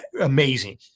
amazing